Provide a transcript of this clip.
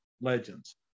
legends